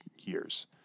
years